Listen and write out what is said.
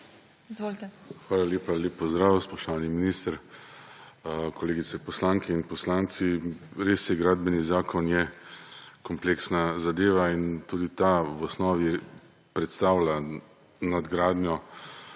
Hvala lepa in lep pozdrav! Spoštovani minister, kolegice poslanke in kolegi poslanci! Res je, Gradbeni zakon je kompleksna zadeva in tudi ta v osnovi predstavlja nadgradnjo